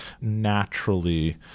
naturally